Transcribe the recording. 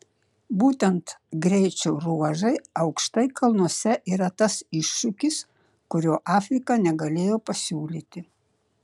būtent greičio ruožai aukštai kalnuose yra tas iššūkis kurio afrika negalėjo pasiūlyti